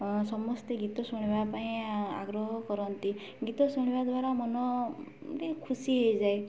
ସମସ୍ତେ ଗୀତ ଶୁଣିବା ପାଇଁ ଆଗ୍ରହ କରନ୍ତି ଗୀତ ଶୁଣିବା ଦ୍ୱାରା ମନ ଟିକେ ଖୁସି ହେଇଯାଏ